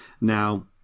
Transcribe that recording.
Now